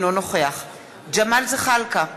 אינו נוכח ג'מאל זחאלקה,